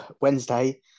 Wednesday